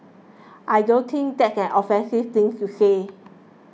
I don't think that's an offensive things to say